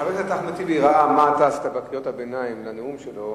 חבר הכנסת אחמד טיבי ראה מה עשית בקריאות הביניים לנאום שלו,